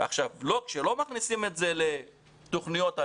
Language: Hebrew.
כשלא מכניסים את זה לתכניות הלימוד,